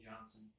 Johnson